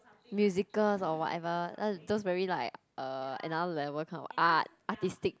musicals or whatever like those very like uh another level kind of art artistic